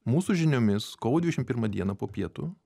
mūsų žiniomis kovo dvidešimt pirmą dieną po pietų